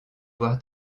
voir